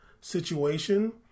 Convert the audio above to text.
situation